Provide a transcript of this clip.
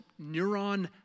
neuron